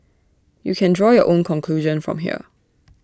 you can draw your own conclusion from here